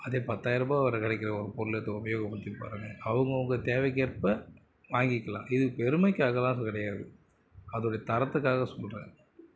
அதே பத்தாயிரம் ரூபாய் வரை கிடைக்கிற ஒரு பொருளை எடுத்து உபயோகப்படுத்தி பாருங்க அவுங்கவங்க தேவைக்கு ஏற்ப வாங்கிக்கலாம் இது பெருமைக்காகயெலாம் கிடையாது அதோட தரத்துக்காக சொல்கிறேன்